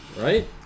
Right